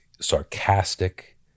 sarcastic